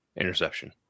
interception